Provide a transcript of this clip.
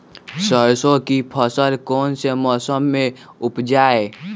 सरसों की फसल कौन से मौसम में उपजाए?